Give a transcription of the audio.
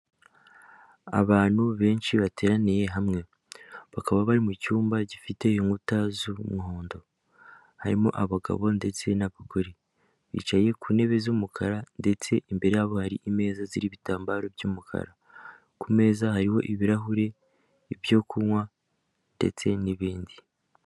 Abantu benshi bateraniye hamwe bakaba bari mu cyumba gifite inkuta z'umuhondo, harimo abagabo ndetse n'abagore, bicaye ku ntebe z'umukara ndetse imbere yabo harimeza zirimo ibitambaro by'umukara, ku meza hariho ibirahuri, ibyo kunywa ndetse n'ibindi.